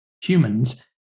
humans